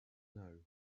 know